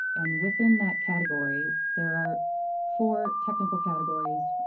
and within that category, there are four technical categories.